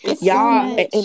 Y'all